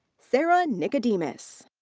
sara nicodemus.